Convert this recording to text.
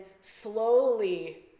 slowly